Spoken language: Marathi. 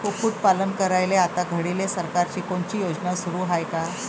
कुक्कुटपालन करायले आता घडीले सरकारची कोनची योजना सुरू हाये का?